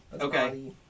Okay